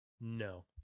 No